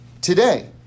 today